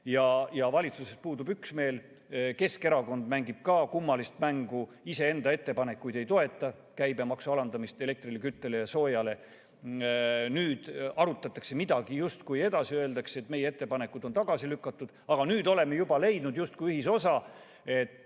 Ja valitsuses puudub üksmeel. Keskerakond mängib ka kummalist mängu, iseenda ettepanekuid ei toeta – käibemaksu alandamist elektrile, küttele ja soojale. Nüüd arutatakse midagi justkui edasi, öeldakse, et meie ettepanekud on tagasi lükatud, aga nüüd oleme juba leidnud justkui ühisosa. See